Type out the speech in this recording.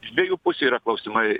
iš dviejų pusių yra klausimai